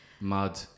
mud